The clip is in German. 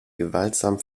gewaltsam